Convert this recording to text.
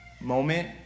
Moment